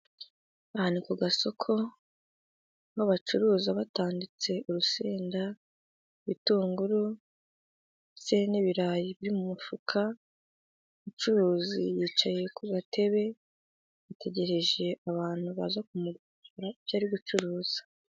Aha ni ku gasoko aho bacuruza batanditse urusenda, ibitunguru, ndetse n'ibirayi biri mu mufuka. Umucuruzi yicaye ku gatebe ategereje abantu baza kugura ibyo ari gucuruza.